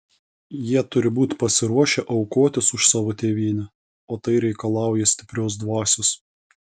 jie turi būti pasiruošę aukotis už savo tėvynę o tai reikalauja stiprios dvasios